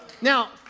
Now